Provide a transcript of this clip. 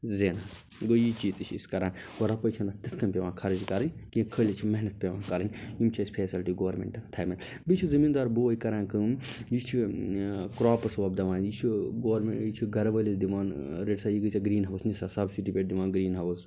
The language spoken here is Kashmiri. زینان گوٚو یہِ چیٖز تہِ چھِ أسۍ کران گوٚو رۄپٔے چھَنہٕ اَتھ تتھ کٔنۍ پیٚوان خرٕچ کرٕنۍ کیٚنٛہہ خٲلی چھِ محنت پیٚوان کَرٕنۍ یم چھِ اسہِ فیسلٹی گورمنٹَن تھایمَژ بیٚیہِ چھُ زمیٖندار بھوے کران کٲم یہِ چھ ٲں کرٛاپٕس وۄبداوان یہ چھُ گورمیٚنٛٹ یہِ چھُ گھرٕ وٲلِس دِوان ٲں رٔٹِو سا یہ گوٚوٕے ژےٚ گرٛیٖن ہاوُس نہِ سا سبسِڈی پٮ۪ٹھ دِوان گرٛیٖن ہاوُس